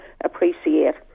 appreciate